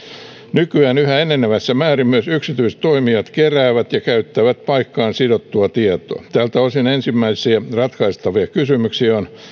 nykyään yhä enenevässä määrin myös yksityiset toimijat keräävät ja käyttävät paikkaan sidottua tietoa tältä osin ensimmäisiä ratkaistavia kysymyksiä on